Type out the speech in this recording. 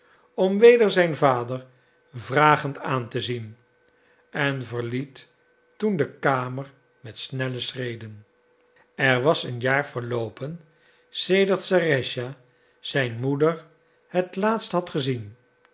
om weder zijn vader vragend aan te zien en verliet toen de kamer met snelle schreden er was een jaar verloopen sedert serëscha zijn moeder het laatst had gezien